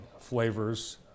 flavors